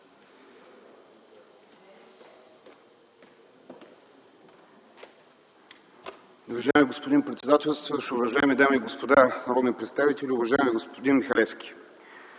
Уважаеми господин председател, уважаеми дами и господа народни представители, уважаеми господин Михалевски!